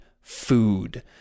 food